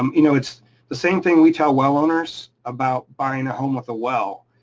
um you know it's the same thing we tell well owners about buying a home with a well,